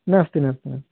नास्ति नास्ति नास्ति